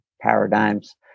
Paradigms